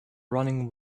running